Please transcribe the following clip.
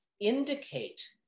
indicate